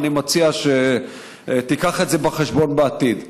ואני מציע שתביא את זה בחשבון בעתיד.